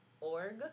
org